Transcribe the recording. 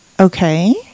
Okay